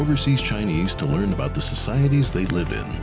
overseas chinese to learn about the societies they live in